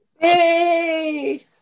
Yay